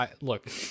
Look